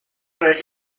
bei